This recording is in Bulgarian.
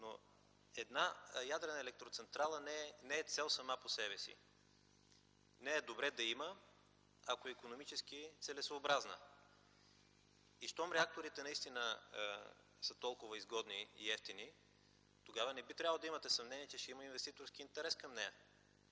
Една ядрена електроцентрала не е цел сама по себе си – добре е да я има, ако е икономически целесъобразна. И щом реакторите са толкова изгодни и евтини, тогава не би трябвало да имате съмнение, че ще има инвеститорски интерес към нея.